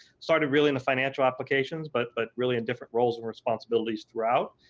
started really in the financial applications but but really in different roles and responsibilities throughout,